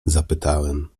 zapytałem